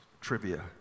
trivia